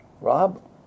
Rob